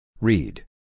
Read